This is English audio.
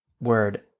word